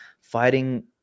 fighting